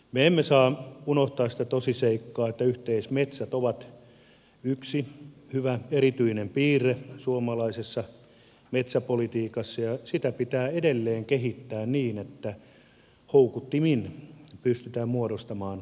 me emme saa unohtaa sitä tosiseikkaa että yhteismetsät ovat yksi hyvä erityinen piirre suomalaisessa metsäpolitiikassa ja sitä pitää edelleen kehittää niin että houkuttimin pystytään muodostamaan yhteismetsiä